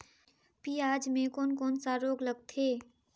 पियाज मे कोन कोन सा रोग लगथे?